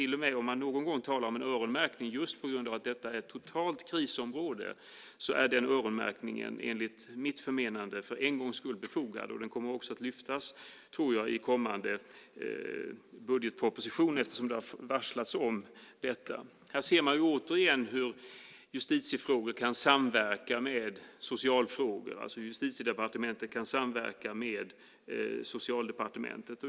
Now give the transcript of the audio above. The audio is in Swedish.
Om man någon gång talar om en öronmärkning kan man göra det nu, just på grund av att detta är ett totalt krisområde. Den öronmärkningen är enligt mitt förmenande för en gångs skull befogad nu. Jag tror också att det här kommer att lyftas fram i kommande budgetproposition eftersom det har varslats om detta. Här ser man återigen hur justitiefrågor kan samverka med socialfrågor och hur Justitiedepartementet kan samverka med Socialdepartementet.